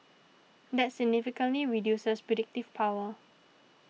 that significantly reduces predictive power